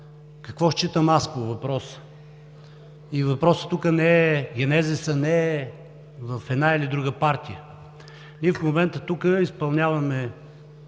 какво считам аз по въпроса и въпросът тук не е генезисът, не е в една или друга партия. Ние в момента тук изпълняваме